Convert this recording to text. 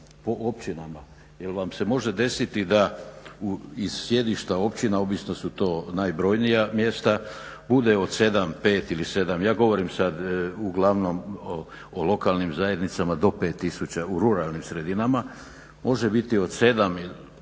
po općinama jer vam se može desiti da iz sjedišta općina, obijesno su to najbrojnija mjesta, bude od 7, 5 ili 7 ja govorim sad uglavnom o lokalnim zajednicama do 5 tisuća u ruralnim sredinama, može biti od 7,